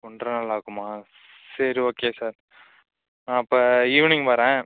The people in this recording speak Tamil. ஒன்றரை நாள் ஆகுமா சரி ஓகே சார் அப்போ ஈவினிங் வரேன்